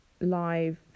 live